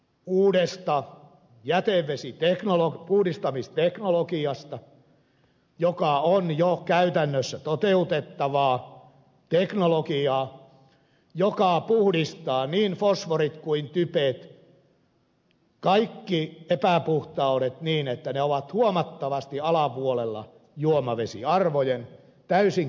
siitä että olin informoitavana uudesta jätevedenpuhdistamisteknologiasta joka on jo käytännössä toteutettavaa teknologiaa joka puhdistaa niin fosforit kuin typet kaikki epäpuhtaudet niin että ne ovat huomattavasti alapuolella juomavesiarvojen täysin kilpailukykyiseen hintaan